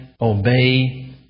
obey